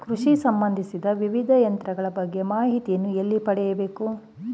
ಕೃಷಿ ಸಂಬಂದಿಸಿದ ವಿವಿಧ ಯಂತ್ರಗಳ ಬಗ್ಗೆ ಮಾಹಿತಿಯನ್ನು ಎಲ್ಲಿ ಪಡೆಯಬೇಕು?